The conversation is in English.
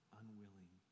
unwilling